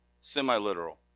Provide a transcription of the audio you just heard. semi-literal